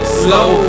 slow